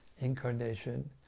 incarnation